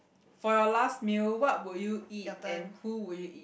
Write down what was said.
for your last meal what would you eat and who would you eat